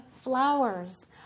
flowers